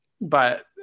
but-